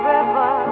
River